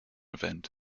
event